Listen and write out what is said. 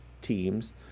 teams